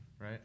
right